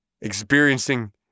experiencing